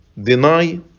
deny